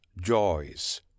joys